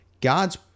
God's